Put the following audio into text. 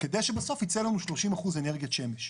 כדי שבסוף ייצא לנו 30% אנרגיית שמש.